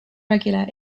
regular